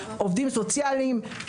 עובדים סוציאליים,